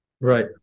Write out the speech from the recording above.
right